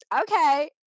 okay